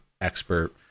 expert